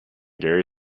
gary